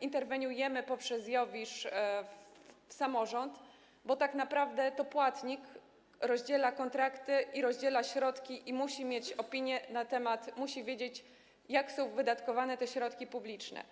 interweniujemy poprzez IOWISZ w samorząd, bo tak naprawdę to płatnik rozdziela kontrakty, rozdziela środki i musi mieć opinię na temat... musi wiedzieć, jak są wydatkowane środki publiczne.